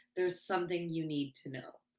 there's something you need to know.